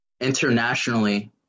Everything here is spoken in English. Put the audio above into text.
internationally